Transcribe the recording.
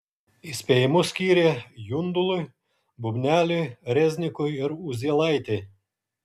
įspėjimus skyrė jundului bubneliui reznikui ir uzielaitei